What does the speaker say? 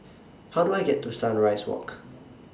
How Do I get to Sunrise Walk